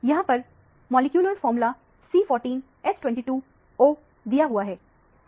यहां पर molecular formula C14H22O दिया हुआ है